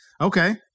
Okay